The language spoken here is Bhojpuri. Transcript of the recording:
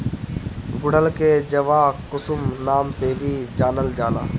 गुड़हल के जवाकुसुम नाम से भी जानल जाला